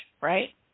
right